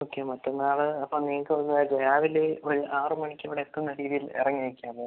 okay മറ്റന്നാള് അപ്പോൾ നിങ്ങൾക്ക് ഒന്ന് രാവിലെ ഒര് ആറ് മണിക്കിവിടെ എത്തുന്ന രീതിയിൽ ഇറങ്ങി നിൽക്കാമോ